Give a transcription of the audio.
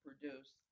produce